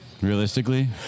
Realistically